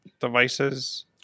devices